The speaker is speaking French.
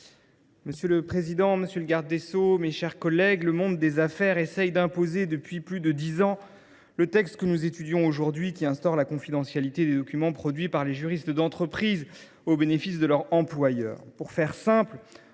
Monsieur le président, monsieur le garde des sceaux, mes chers collègues, le monde des affaires… Ah !… essaie d’imposer, depuis plus de dix ans, le texte dont nous sommes saisis aujourd’hui, qui instaure la confidentialité des documents produits par les juristes d’entreprise au bénéfice de leur employeur.